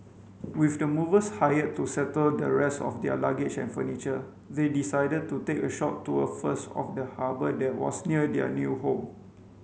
with the movers hired to settle the rest of their luggage and furniture they decided to take a short tour first of the harbour that was near their new home